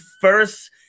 first